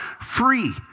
free